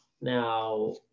Now